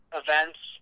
events